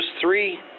three